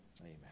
Amen